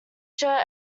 shirt